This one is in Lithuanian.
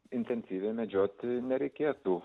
intensyviai medžioti nereikėtų